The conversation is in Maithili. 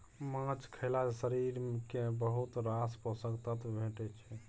माछ खएला सँ शरीर केँ बहुत रास पोषक तत्व भेटै छै